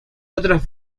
otras